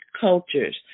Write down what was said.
cultures